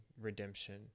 redemption